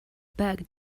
back